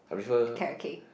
carrot cake